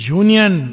union